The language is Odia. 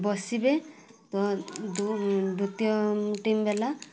ବସିବେ ତ ଦୋ ଦ୍ଵିତୀୟ ଟିମ୍ ବାଲା